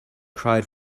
cried